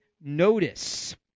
notice